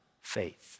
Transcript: faith